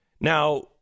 Now